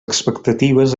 expectatives